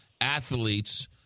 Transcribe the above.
athletes